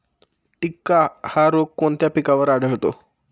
टिक्का हा रोग कोणत्या पिकावर आढळतो?